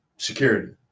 Security